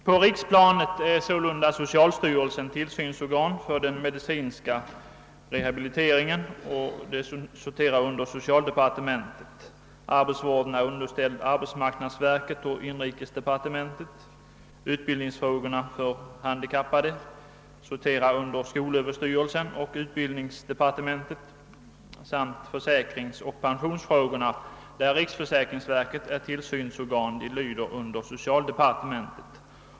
På riksplanet är sålunda «socialstyrelsen tillsynsorgan för den medicinska rehabiliteringen och sorterar under social departementet; arbetsvården är underställd arbetsmarknadsverket och inrikesdepartementet; utbildningsfrågorna för handikappade sorterar under skolöverstyrelsen och utbildningsdepartementet medan försäkringsoch pensionsfrågorna, där riksförsäkringsverket är tillsynsorgan, lyder under socialdepartementet.